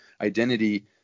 identity